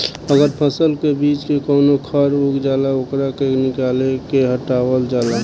अगर फसल के बीच में कवनो खर उग जाला ओकरा के निकाल के हटावल जाला